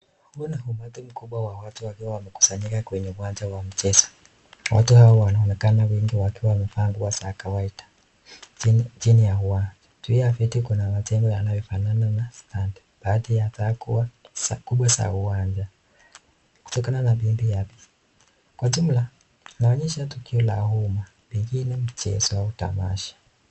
Huu ni umati mkubwa wa watu wakiwa wamekusanyika kwenye uwanja wa mchezo, watu hawa wanaonekan wengi wakiwa wamefaa nguo za kawaida jini ya uwanja, juu ya viti kun amajengo yanayofanana na standi, baadhi yao kuwa za uwanja kutokana na pembe ya picha, kwa jumla inaonyesha tukio la uma pengine mchezo wa tamasha.